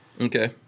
Okay